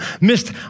Missed